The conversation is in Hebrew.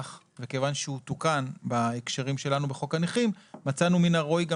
וכיוון שהוא תוקן בהקשרים שלנו בחוק הנכים מצאנו שמן הראוי גם